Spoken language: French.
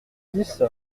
dix